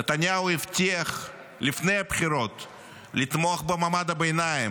לפני הבחירות נתניהו הבטיח לתמוך במעמד הביניים,